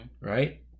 Right